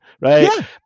right